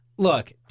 Look